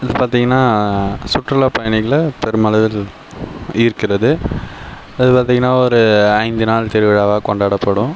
அது பார்த்திங்கன்னா சுற்றுலா பயணிகள பெருமளவில் ஈர்க்கிறது அது பார்த்திங்கன்னா ஒரு ஐந்து திருவிழாவாக கொண்டாடப்படும்